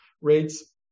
rates